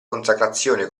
consacrazione